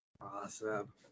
Awesome